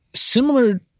Similar